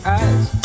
eyes